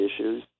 issues